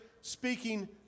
speaking